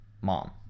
mom